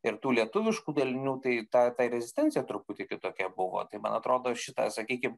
ir tų lietuviškų dalinių tai tą ta ir rezistencija truputį kitokia buvo tai man atrodo šitą sakykim